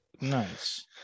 Nice